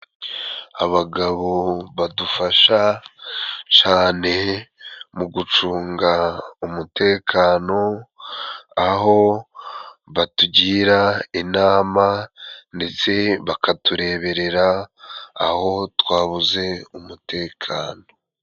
Abagabo badufasha cane mu gucunga umutekano, aho batugira inama ndetse bakatureberera aho twabuze umutekano.